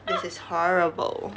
this is horrible